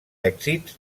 èxits